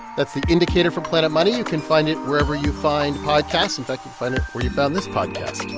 that's the indicator for planet money. you can find it wherever you find podcasts. in fact, you can find it where you found this podcast.